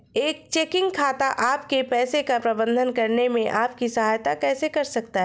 एक चेकिंग खाता आपके पैसे का प्रबंधन करने में आपकी सहायता कैसे कर सकता है?